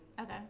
Okay